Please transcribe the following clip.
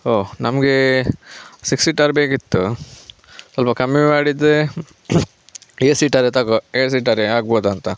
ಓ ನಮಗೆ six seater ಬೇಕಿತ್ತು ಸ್ವಲ್ಪ ಕಮ್ಮಿ ಮಾಡಿದರೆ ಏಟ್ ಸೀಟರ್ ತಗೋ ಏಟ್ ಸೀಟರೇ ಆಗ್ಬೋದಾ ಅಂತ